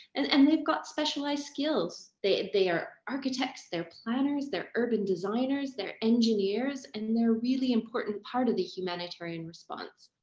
and and they've got specialized skills. they they are architects, they're planners, they're urban designers, they're engineers. and they're really important. part of the humanitarian response